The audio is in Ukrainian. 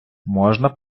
можна